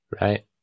Right